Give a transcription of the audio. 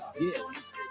Yes